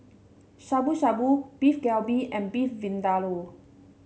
Shabu Shabu Beef Galbi and Beef Vindaloo